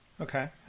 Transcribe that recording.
Okay